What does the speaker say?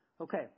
Okay